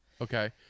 okay